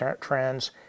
trends